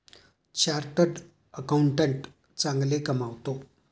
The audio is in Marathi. चार्टर्ड अकाउंटंट चांगले कमावतो